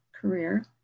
career